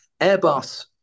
Airbus